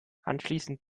anschließend